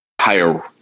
higher